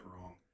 wrong